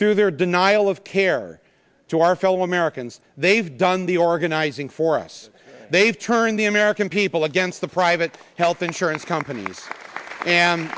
through their denial of care to our fellow americans they've done the organizing for us they've turned the american people against the private health insurance companies and